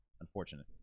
Unfortunate